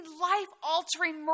life-altering